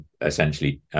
essentially